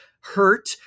hurt